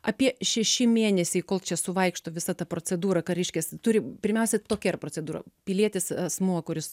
apie šeši mėnesiai kol čia suvaikšto visa ta procedūra ką reiškias turi pirmiausia tokia yra procedūra pilietis asmuo kuris